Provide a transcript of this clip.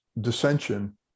dissension